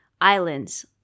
Islands